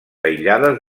aïllades